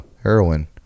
Heroin